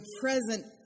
present